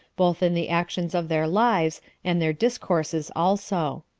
both in the actions of their lives and their discourses also.